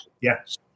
yes